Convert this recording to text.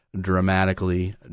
dramatically